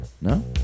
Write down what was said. No